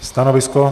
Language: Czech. Stanovisko?